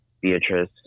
Beatrice